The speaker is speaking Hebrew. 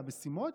על המשימות,